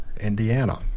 Indiana